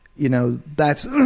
you know, that's